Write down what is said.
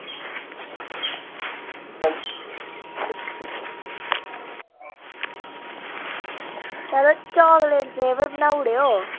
चलो chocolate flavour बनाई ओड़ेओ